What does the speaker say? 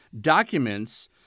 documents